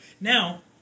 Now